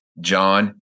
John